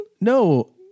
No